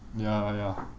ya ya